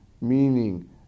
meaning